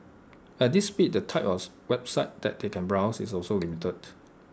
at this speed the type of the websites that they can browse is also limited